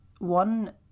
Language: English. one